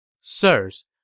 Sirs